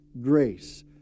grace